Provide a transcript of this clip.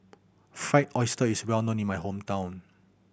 Fried Oyster is well known in my hometown